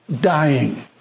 dying